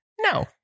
no